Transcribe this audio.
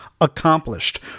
accomplished